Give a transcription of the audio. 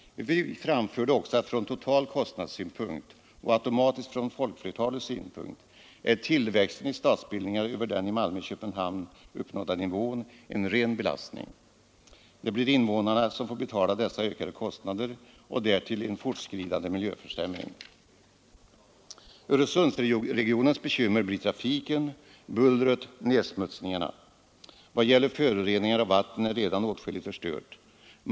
Vi betonade också att från total kostnadssynpunkt — och automatiskt från folkflertalets synpunkt — är tillväxten i stadsbildningar över den i Malmö och Köpenhamn uppnådda nivån en ren belastning. Det blir invånarna som får betala dessa ökade kostnader, och därtill blir det en fortskridande miljöförsämring. Öresundsregionens bekymmer blir trafiken, bullret och nedsmutsningarna. Vad gäller föroreningar av vatten är redan åtskilligt förstört.